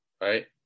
Right